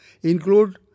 include